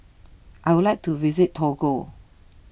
I would like to visit Togo